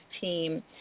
team